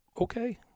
okay